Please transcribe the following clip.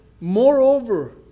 Moreover